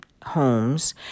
homes